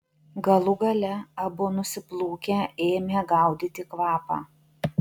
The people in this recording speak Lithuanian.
galų gale abu nusiplūkę ėmė gaudyti kvapą